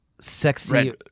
Sexy-